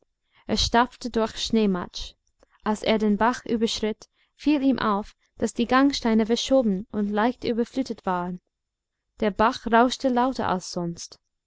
er stapfte durch schneematsch als er den bach überschritt fiel ihm auf daß die gangsteine verschoben und leicht überflutet waren der bach rauschte lauter als sonst